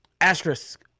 asterisk